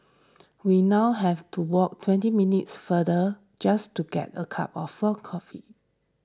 we now have to walk twenty minutes farther just to get a cup of full coffee